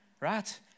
right